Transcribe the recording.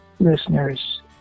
listeners